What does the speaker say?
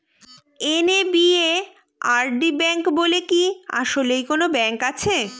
NABARD bank বলে কি আসলেই কোনো ব্যাংক আছে?